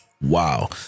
Wow